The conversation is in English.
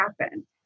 happen